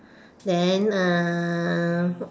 then uh